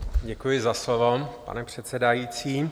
Děkuji za slovo, pane předsedající.